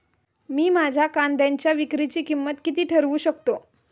मी माझ्या कांद्यांच्या विक्रीची किंमत किती ठरवू शकतो?